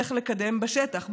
איך לקדם בשטח,